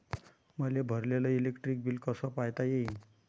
मले भरलेल electric bill कस पायता येईन?